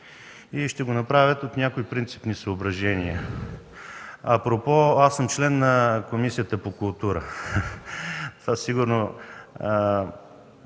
и ще го направят от някои принципни съображения. Апропо, аз съм член на Комисията по култура. Това сигурно